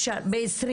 ב-20,